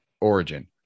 origin